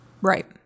Right